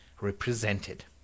represented